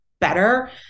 better